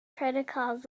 protocols